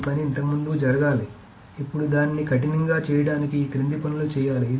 ఈ పని ఇంతకు ముందు జరగాలి ఇప్పుడు దానిని కఠినంగా చేయడానికి ఈ క్రింది పనులు చేయాలి